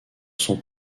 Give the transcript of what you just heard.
sont